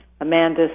Amanda